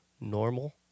normal